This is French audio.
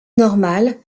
normal